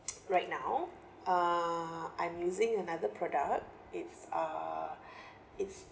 right now uh I'm using another product it's uh it's